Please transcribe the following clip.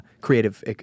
creative